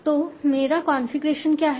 तो मेरा कॉन्फ़िगरेशन क्या है